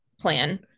plan